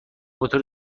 بطور